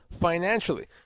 financially